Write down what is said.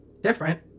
Different